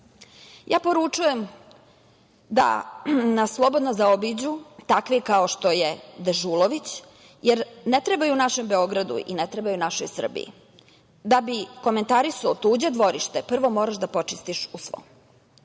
poručujem da nas slobodno zaobiđu takvi kao što je Dežulović, jer ne trebaju našem Beogradu i ne trebaju našoj Srbiji. Da bi komentarisao tuđe dvorište, prvo moraš da počistiš u svom.